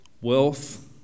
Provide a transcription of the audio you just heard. wealth